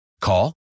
Call